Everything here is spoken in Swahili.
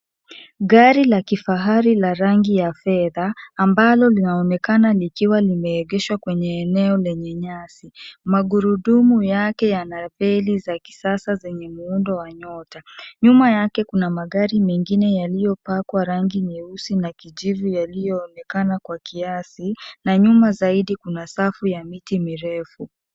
Gari la kifahari la rangi ya fedha ambalo linaonekana likiwa limeegeshwa kwenye eneo lenye nyasi. Magurudumu yake yana feli za kisasa zenye muundo wa nyota. Nyuma yake kuna magari mengine yaliyopakwa rangi nyeusi na kijivu yaliyoonekana kwa kiasi na nyuma zaidi kuna safu ya miti mirefu.